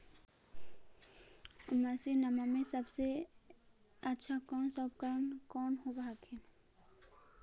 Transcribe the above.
मसिनमा मे सबसे अच्छा कौन सा उपकरण कौन होब हखिन?